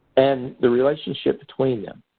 and the relationship between them.